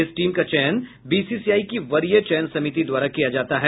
इस टीम का चयन बीसीसीआई की वरीय चयन समिति द्वारा किया जाता है